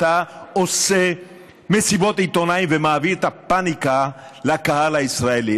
אתה עושה מסיבות עיתונאים ומעביר את הפניקה לקהל הישראלי.